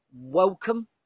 Welcome